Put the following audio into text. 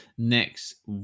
next